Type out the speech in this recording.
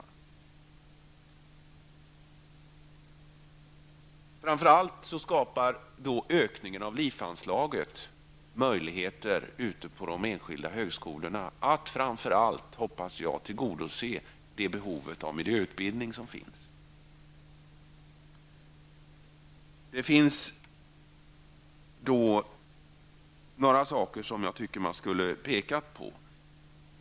Jag hoppas framför allt att ökningen av LIF-anslaget skapar möjligheter på enskilda högskolor att tillgodose det behov av miljöutbildning som finns. Det finns några saker som jag anser att man bör peka på.